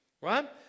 right